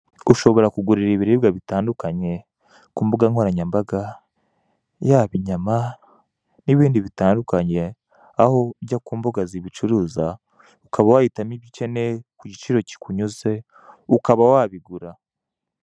Ushobora kugurira ibiribwa bitandukanye ku mbuga nkoranyambaga, yaba inyama, n'ibindi bitandukanye, aho ujya ku mbuga zibicuruza. Ukaba wahitamo ibyo ukeneye ku giciro kikunyuze, ukaba wabigura.